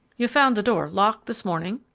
you found the door locked this morning?